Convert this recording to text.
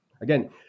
Again